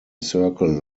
circle